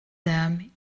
them